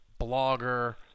blogger